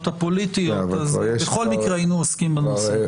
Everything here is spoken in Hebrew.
הפוליטיות אז בכל מקרה היינו עוסקים בנושא.